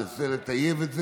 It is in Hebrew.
ננסה לטייב את זה,